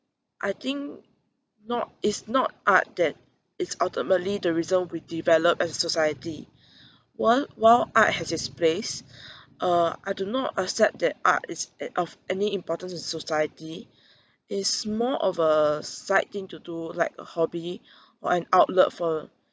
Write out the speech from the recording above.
I think not it's not art that is ultimately the reason we developed as society while while art has its place uh I do not accept that art is a~ of any importance in society is more of a side thing to do like a hobby or an outlet for